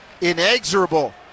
inexorable